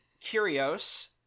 Curios